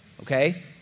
okay